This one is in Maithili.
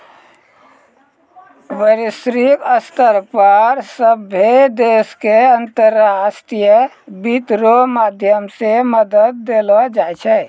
वैश्विक स्तर पर सभ्भे देशो के अन्तर्राष्ट्रीय वित्त रो माध्यम से मदद देलो जाय छै